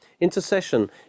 Intercession